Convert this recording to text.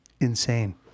insane